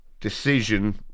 decision